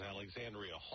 Alexandria